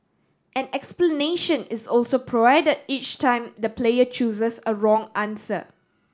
an explanation is also provided each time the player chooses a wrong answer